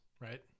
right